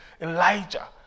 Elijah